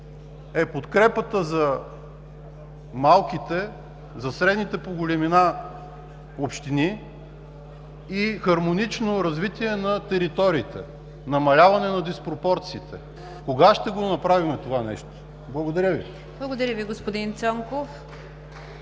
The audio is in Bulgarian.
е подкрепата за малките, за средните по големина общини и хармонично развитие на териториите, намаляване на диспропорциите. Кога ще го направим това нещо? Благодаря Ви. ПРЕДСЕДАТЕЛ НИГЯР ДЖАФЕР: